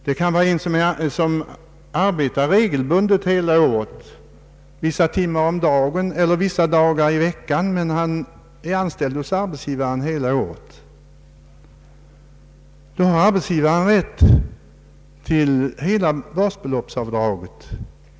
Vidare kan en person arbeta regelbundet hela året vissa timmar om dagen eller vissa dagar i veckan men vara anställd hos arbetsgivaren hela året. Då har arbetsgivaren rätt till hela basbeloppsavdraget.